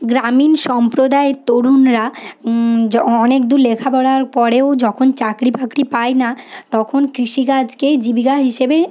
গ্রামীণ সম্প্রদায়ের তরুণরা অনেক দূর লেখা পড়ার পরেও যখন চাকরি বাকরি পায় না তখন কৃষিকাজকেই জীবিকা হিসেবে